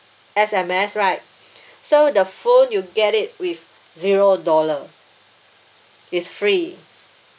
S_M_S right so the phone you get it with zero dollar it's free